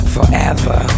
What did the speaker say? Forever